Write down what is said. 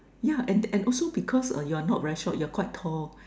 ya and and also because uh you're not very short you're quite tall